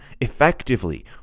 effectively